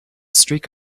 streak